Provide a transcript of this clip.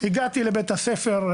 הגעתי לבית הספר,